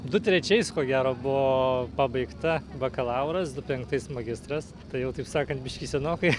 du trečiais ko gero buvo pabaigta bakalauras du penktais magistras tai jau taip sakant biškį senokai